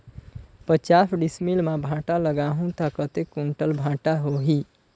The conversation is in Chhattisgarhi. पचास डिसमिल मां भांटा लगाहूं ता कतेक कुंटल भांटा होही?